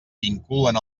vinculen